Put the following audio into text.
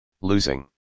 losing